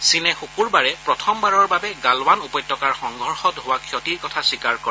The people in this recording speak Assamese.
চীনে শুকুৰবাৰে প্ৰথমবাৰৰ বাবে গালৱান উপত্যকাৰ সংঘৰ্ষত হোৱা ক্ষতিৰ কথা স্বীকাৰ কৰে